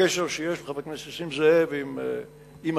בקשר שיש לחבר הכנסת נסים זאב עם הציבור,